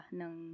ng